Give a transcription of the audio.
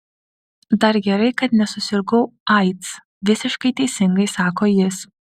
dar gerai kad nesusirgau aids visiškai teisingai sako jis